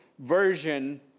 Version